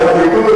אתה תבוא,